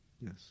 Yes